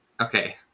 Okay